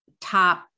top